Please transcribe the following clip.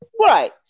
right